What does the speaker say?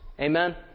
Amen